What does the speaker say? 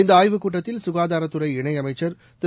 இந்த ஆய்வுக் கூட்டத்தில் சுகாதாரத்துறை இணை அமைச்சா் திரு